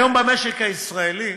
היום במשק הישראלי